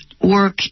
work